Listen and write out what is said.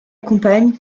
compagne